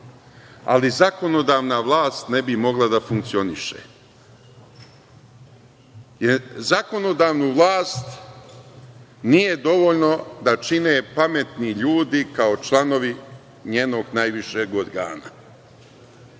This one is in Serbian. ali zakonodavna vlast ne bi mogla da funkcioniše, jer zakonodavnu vlast nije dovoljno da čine pametni ljudi kao članovi njenog najvišeg